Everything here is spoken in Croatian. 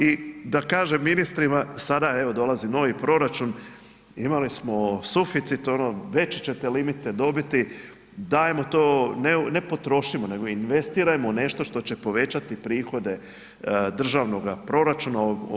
I da kažem ministrima, sada evo dolazi novi proračun, imali smo suficit, veće ćete limite dobiti, dajmo to ne potrošimo nego investirajmo u nešto što će povećati prihode državnoga proračuna.